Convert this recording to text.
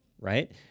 right